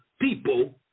people